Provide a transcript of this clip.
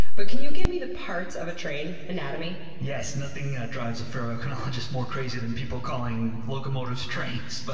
but can you give me the parts-of-a-train anatomy? yes. nothing drives a ferroequinologist more crazy than people calling locomotives trains. but